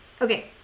Okay